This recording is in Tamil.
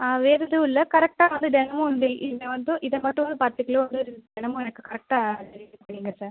வேறு எதுவும் இல்லை கரெக்டாக வந்து தினமும் வந்து இதை வந்து இது மட்டுமே பத்து கிலோ வந்து தினமும் எனக்கு கரெக்டாக டெலிவரி பண்ணிவிடுங்க சார்